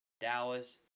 Dallas